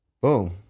Boom